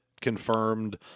confirmed